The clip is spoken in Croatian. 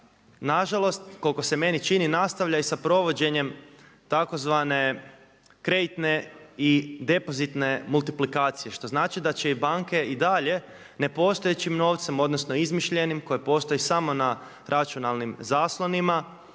na žalost koliko se meni čini nastavlja i sa provođenjem tzv. kreditne i depozitne multiplikacije što znači da će i banke i dalje nepostojećim novcem, odnosno izmišljenim koji postoji samo na računalnim zaslonima